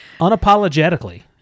Unapologetically